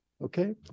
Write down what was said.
Okay